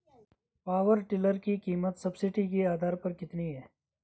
Power tiller की कीमत subsidy के आधार पर कितनी है?